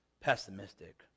pessimistic